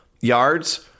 yards